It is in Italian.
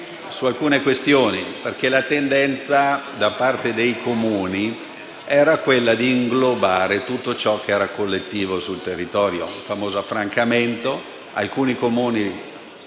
La tendenza da parte dei Comuni era infatti quella di inglobare tutto ciò che era collettivo sul territorio, con il famoso affrancamento;